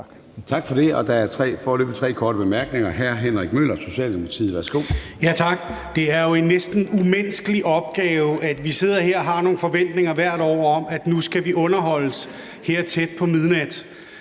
Tak for det. Og der er foreløbig tre korte bemærkninger. Hr. Henrik Møller, Socialdemokratiet. Værsgo. Kl. 23:39 Henrik Møller (S): Tak. Det er jo en næsten umenneskelig opgave. Vi sidder her hvert år og har nogle forventninger om, at nu skal vi underholdes her tæt på midnat,